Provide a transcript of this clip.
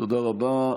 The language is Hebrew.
תודה רבה.